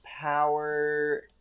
Power